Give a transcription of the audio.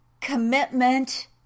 commitment